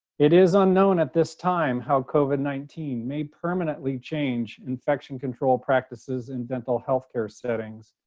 it is unknown at this time how covid nineteen may permanently change infection control practices in dental healthcare settings,